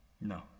No